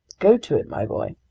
go to it, my boy.